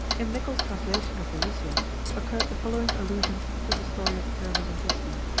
in mickle's translation of the lusiad occurs the following allusion to the story of pyramus and thisbe,